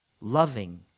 loving